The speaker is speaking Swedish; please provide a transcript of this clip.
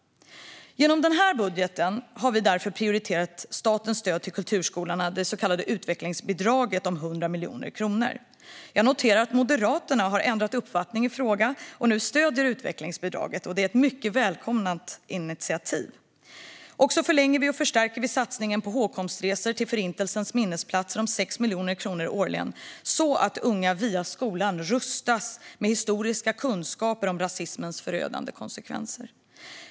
Genom denna budget har vi därför prioriterat statens stöd till kulturskolorna, det så kallade utvecklingsbidraget om 100 miljoner kronor. Jag noterar att Moderaterna har ändrat uppfattning i frågan och nu stöder utvecklingsbidraget. Det är ett mycket välkommet initiativ. Vi förlänger och förstärker också satsningen på hågkomstresor till Förintelsens minnesplatser med 6 miljoner kronor årligen, så att unga via skolan rustas med historiska kunskaper om rasismens förödande konsekvenser.